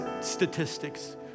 statistics